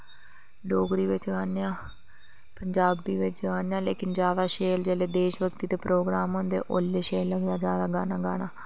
डोगरी बिच गान्ने आं पंजाबी बिच गान्ने आं लेकिन जादै शैल जेल्लै देश भगती दे प्रोग्राम होंदे ओल्लै शैल लगदा जादा गाना गाना